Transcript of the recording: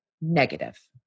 negative